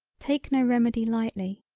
take no remedy lightly,